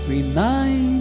Remind